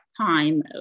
time